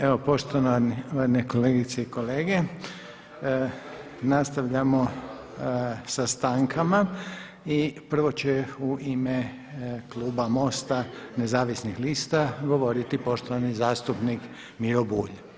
Evo poštovane kolegice i kolege, nastavljamo sa stankama i prvo će u ime kluba MOST-a nezavisnih lista govoriti poštovani zastupnik Miro Bulj.